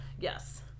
Yes